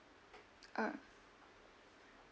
ah